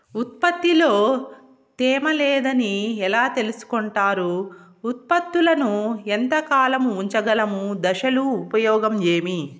ఉత్పత్తి లో తేమ లేదని ఎలా తెలుసుకొంటారు ఉత్పత్తులను ఎంత కాలము ఉంచగలము దశలు ఉపయోగం ఏమి?